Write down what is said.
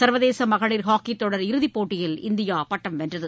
சர்வதேச மகளிர் ஹாக்கித் தொடர் இறுதிப் போட்டியில் இந்தியா பட்டம் வென்றது